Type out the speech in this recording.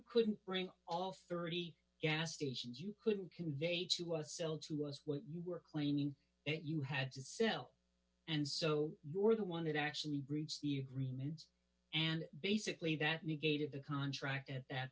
couldn't bring all thirty gas stations you couldn't convey to us sell to us what you were claiming that you had to sell and so your the one that actually breached the agreements and basically that negated the contract at that